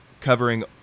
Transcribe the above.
covering